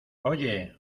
oye